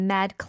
Mad